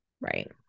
Right